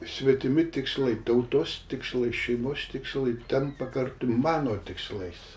svetimi tikslai tautos tikslai šeimos tikslai tampa kartu mano tikslais